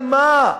על מה?